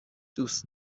دوست